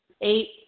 Eight